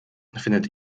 findet